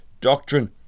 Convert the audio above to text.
doctrine